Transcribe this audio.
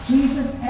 Jesus